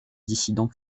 dissidents